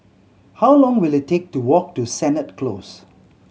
how long will it take to walk to Sennett Close